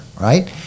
right